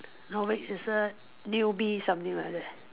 no wait is a newbie something like that